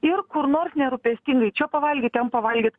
ir kur nors nerūpestingai čia pavalgyt ten pavalgyt